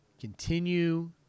Continue